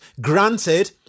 Granted